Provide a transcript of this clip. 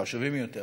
חשובים יותר,